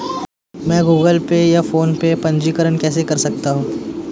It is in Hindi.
मैं गूगल पे या फोनपे में पंजीकरण कैसे कर सकता हूँ?